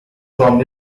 from